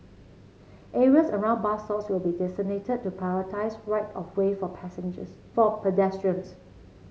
areas around bus stops will be designated to prioritise right of way for passengers for pedestrians